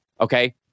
Okay